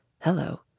Hello